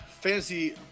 fantasy